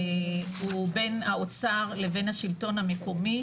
הוא בין האוצר לבין השלטון המקומי,